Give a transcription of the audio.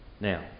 Now